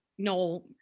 No